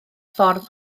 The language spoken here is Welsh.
ffordd